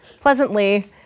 pleasantly